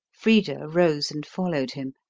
frida rose and followed him,